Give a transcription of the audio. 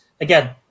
again